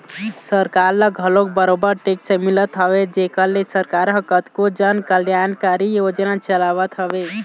सरकार ल घलोक बरोबर टेक्स मिलत हवय जेखर ले सरकार ह कतको जन कल्यानकारी योजना चलावत हवय